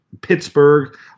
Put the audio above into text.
Pittsburgh